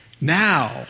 Now